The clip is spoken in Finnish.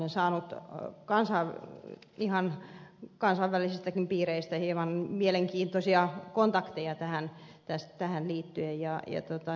olen saanut ihan kansainvälisistäkin piireistä mielenkiintoisia kontakteja tähän liittyen